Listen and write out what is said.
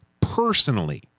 personally